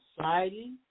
Society